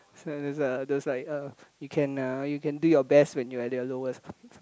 so there's a there's like uh you can uh you can do your best when you are at your lowest